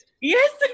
yes